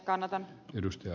arvoisa puhemies